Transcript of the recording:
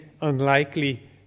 unlikely